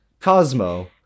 cosmo